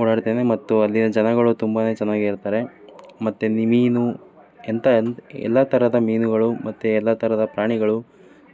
ಓಡಾಡ್ತೇನೆ ಮತ್ತು ಅಲ್ಲಿನ ಜನಗಳು ತುಂಬ ಚೆನ್ನಾಗಿರ್ತಾರೆ ಮತ್ತು ಮೀನು ಎಂಥ ಎನ್ ಎಲ್ಲ ಥರದ ಮೀನುಗಳು ಮತ್ತು ಎಲ್ಲ ಥರದ ಪ್ರಾಣಿಗಳು